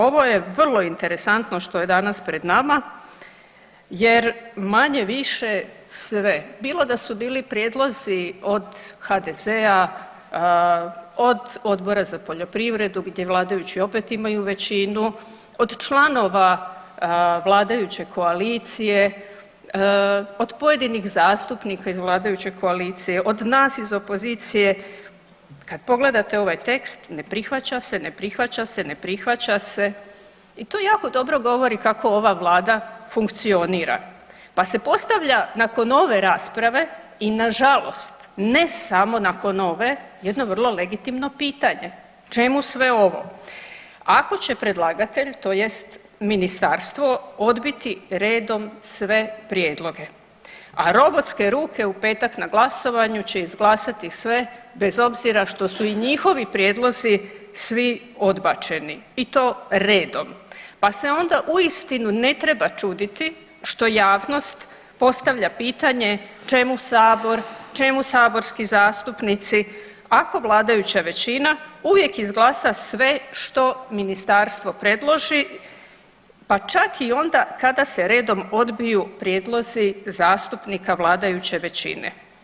Ovo je vrlo interesantno što je danas pred nama jer manje-više sve bilo da su bili prijedlozi od HDZ-a od Odbora za poljoprivredu gdje vladajući opet imaju većinu, od članova vladajuće koalicije, od pojedinih zastupnika iz vladajuće koalicije, od nas iz opozicije, kad pogledate ovaj tekst, ne prihvaća se, ne prihvaća se, ne prihvaća se i to jako dobro govori kako ova vlada funkcionira, pa se postavlja nakon ove rasprave i nažalost ne samo nakon ove jedno vrlo legitimno pitanje, čemu sve ovo ako će predlagatelj tj. ministarstvo odbiti redom sve prijedloge, a robotske ruke u petak na glasovanju će izglasati sve bez obzira što su i njihovi prijedlozi svi odbačeni i to redom, pa se onda uistinu ne treba čuditi što javnost postavlja pitanje čemu sabor, čemu saborski zastupnici ako vladajuća većina uvijek izglasa sve što ministarstvo predloži, pa čak i onda kada se redom odbiju prijedlozi zastupnika vladajuće većine.